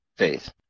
faith